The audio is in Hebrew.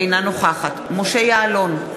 אינה נוכחת משה יעלון,